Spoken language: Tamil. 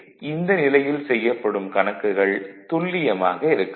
எனவே இந்த நிலையில் செய்யப்படும் கணக்குகள் துல்லியமாக இருக்காது